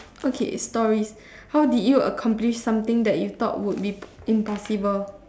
okay stories how did you accomplish something that you thought would be impossible